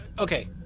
Okay